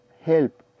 help